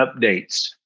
updates